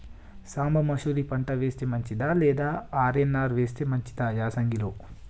సాంబ మషూరి పంట వేస్తే మంచిదా లేదా ఆర్.ఎన్.ఆర్ వేస్తే మంచిదా యాసంగి లో?